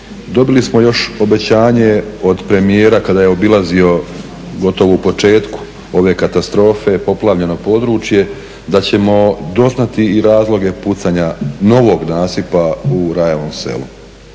dobili smo još obećanje od premijera kada je obilazio gotovo u početku ove katastrofe poplavljeno područje da ćemo doznati i razloge pucanja novog nasipa u Rajevom Selu